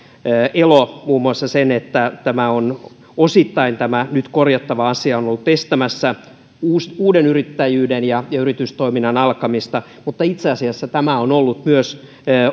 elo muun muassa se että osittain tämä nyt korjattava asia on on ollut estämässä uuden uuden yrittäjyyden ja ja yritystoiminnan alkamista mutta itse asiassa tämä on ollut myös